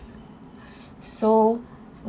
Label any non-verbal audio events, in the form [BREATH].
[BREATH] so